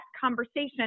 conversation